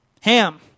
Ham